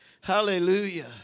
Hallelujah